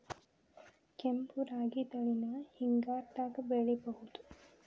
ಕೆಂಪ ರಾಗಿ ತಳಿನ ಹಿಂಗಾರದಾಗ ಬೆಳಿಬಹುದ?